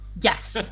yes